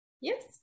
Yes